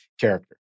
character